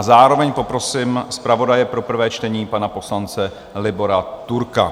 Zároveň poprosím zpravodaje pro prvé čtení, pana poslance Libora Turka.